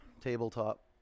Tabletop